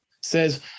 says